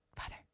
father